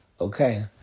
Okay